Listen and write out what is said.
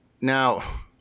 now